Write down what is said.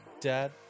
Dad